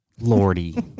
Lordy